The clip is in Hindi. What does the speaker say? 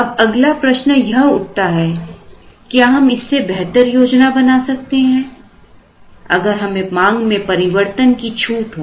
अब अगला प्रश्न यह उठता है क्या हम इससे बेहतर योजना बना सकते हैं अगर हमें मांग में परिवर्तन की छूट हो